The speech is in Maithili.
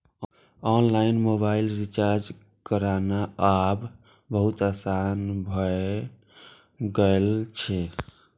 ऑनलाइन मोबाइल रिचार्ज करनाय आब बहुत आसान भए गेल छै